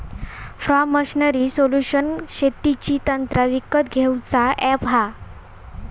form machinery solution शेतीची यंत्रा विकत घेऊचा अॅप हा